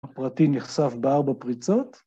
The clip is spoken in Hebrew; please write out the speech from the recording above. ‫הפרטי נחשף בארבע פריצות.